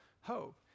hope